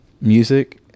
music